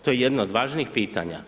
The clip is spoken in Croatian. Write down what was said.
To je jedno od važnijih pitanja.